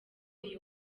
iyi